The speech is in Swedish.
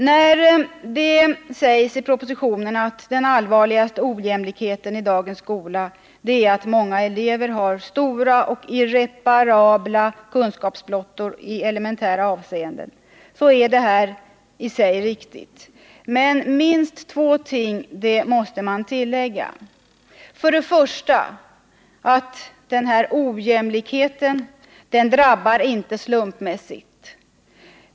När det i propositionen sägs att ”den allvarligaste ojämlikheten i dagens skola är att många elever har stora och irreparabla kunskapsblottor i elementära avseenden”, så är detta i sig riktigt. Men minst två ting måste man tillägga. För det första drabbar denna ojämlikhet inte slumpmässigt.